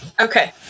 Okay